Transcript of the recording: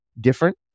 different